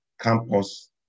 campus